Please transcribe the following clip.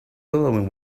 billowing